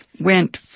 went